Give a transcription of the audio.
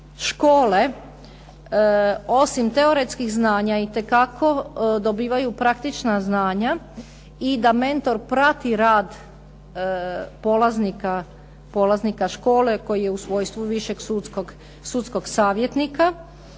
škole osim teoretskih znanja itekako dobivaju praktična znanja i da mentor prati rad polaznika škole koji je u svojstvu višeg sudskog savjetnika,